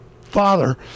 father